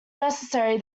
necessary